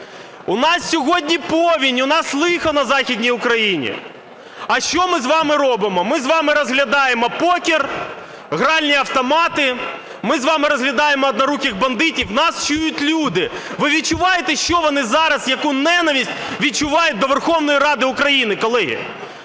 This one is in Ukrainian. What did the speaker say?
У нас сьогодні повінь, у нас лихо на Західній Україні. А що ми з вами робимо? Ми з вами розглядаємо покер, гральні автомати, ми з вами розглядаємо "одноруких бандитів". Нас чують люди. Ви відчуваєте, що вони зараз, яку ненависть відчувають до Верховної Ради України, колеги?